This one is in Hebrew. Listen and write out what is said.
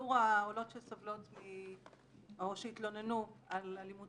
שיעור העולות שסובלות או שהתלוננו על אלימות